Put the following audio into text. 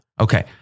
Okay